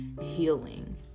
healing